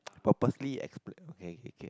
purposely exp~ okay k k